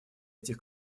этих